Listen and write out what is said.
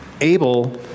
Abel